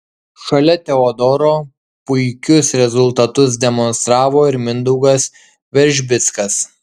šalia teodoro puikius rezultatus demonstravo ir mindaugas veržbickas